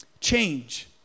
Change